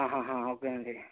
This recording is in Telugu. అహహా ఓకే అండి